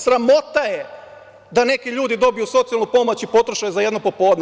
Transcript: Sramota je da neki ljudi dobiju socijalnu pomoć i potroše je za jedno popodne.